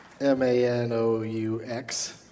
M-A-N-O-U-X